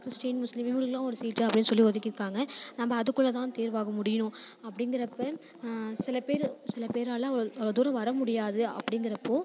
Christian முஸ்லீம் இவங்களுக்குலாம் ஒரு சீட்டு அப்படின்னு சொல்லி ஒதுக்கியிருக்காங்க நம்ப அதுக்குள்ளே தான் தேர்வாக முடியணும் அப்படிங்கிறப்ப சில பேர் சில பேரால் அவ்வளோ அவ்வளோ தூரம் வர முடியாது அப்படிங்கிறப்போ